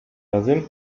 razy